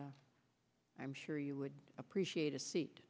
i'm sure you would appreciate a seat